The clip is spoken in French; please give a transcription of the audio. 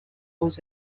aux